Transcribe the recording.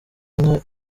nka